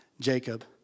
Jacob